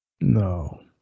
No